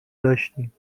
داشتیم